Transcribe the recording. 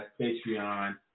Patreon